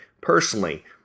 personally